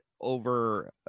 over